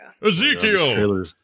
Ezekiel